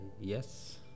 yes